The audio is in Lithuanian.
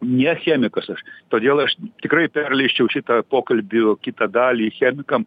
ne chemikas aš todėl aš tikrai perleisčiau šitą pokalbį jau kitą dalį chemikam